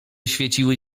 świeciły